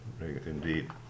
indeed